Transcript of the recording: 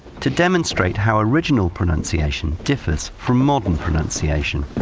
to demonstrate how original pronunciation differs from modern pronunciation.